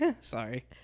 Sorry